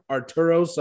Arturo